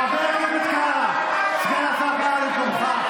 חבר הכנסת קארה, למקומך.